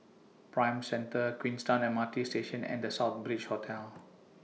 Prime Centre Queenstown M R T Station and The Southbridge Hotel